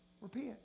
Repent